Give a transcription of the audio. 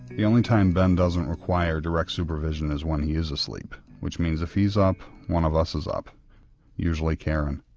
the only time ben doesn't require direct supervision is when he is asleep, which means if he's up, one of us is up usually karen.